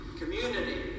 community